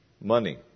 Money